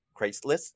Craigslist